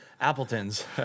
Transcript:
Appletons